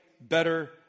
better